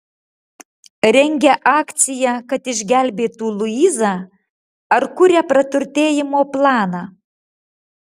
rengia akciją kad išgelbėtų luizą ar kuria praturtėjimo planą